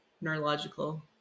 neurological